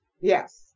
Yes